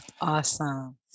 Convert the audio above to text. Awesome